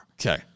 Okay